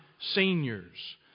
seniors